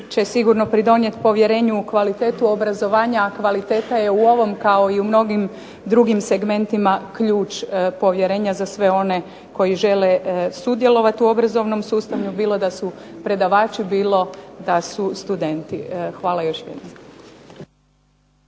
će sigurno pridonijeti povjerenju u kvalitetu obrazovanja, a kvaliteta je u ovom kao i u mnogim drugim segmentima ključ povjerenja za sve one koji žele sudjelovati u obrazovnom sustavu bilo da su predavači bilo da su studenti. Hvala još jednom.